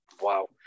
Wow